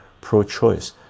pro-choice